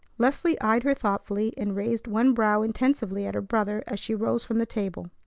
leslie eyed her thoughtfully, and raised one brow intensively at her brother as she rose from the table.